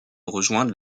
rejoindre